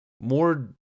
more